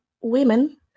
women